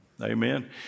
Amen